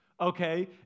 okay